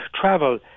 travel